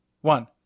one